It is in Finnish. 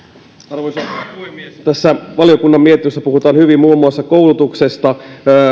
arvoisa puhemies tässä valiokunnan mietinnössä puhutaan hyvin muun muassa koulutuksesta